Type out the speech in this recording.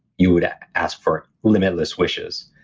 you would ask for limitless wishes.